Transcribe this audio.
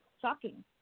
shocking